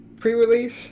pre-release